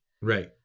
right